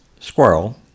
squirrel